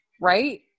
right